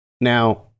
Now